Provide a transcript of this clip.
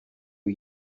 are